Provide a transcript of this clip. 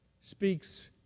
speaks